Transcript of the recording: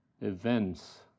events